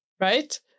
right